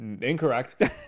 Incorrect